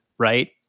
Right